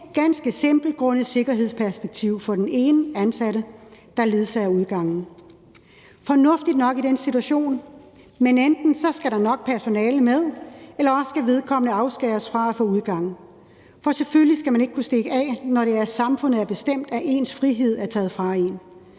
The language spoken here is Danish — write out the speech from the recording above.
af – ganske simpelt på grund af sikkerhedsperspektivet for den ene ansatte, der ledsager på udgangen, og det er fornuftigt nok i den situation. Men enten skal der mere personale med, eller også skal vedkommende fange afskæres fra at få udgang. For selvfølgelig skal man ikke kunne stikke af, når det af samfundet er blevet bestemt, at ens frihed er taget fra en.